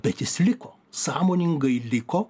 bet jis liko sąmoningai liko